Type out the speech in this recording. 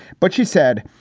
but she said,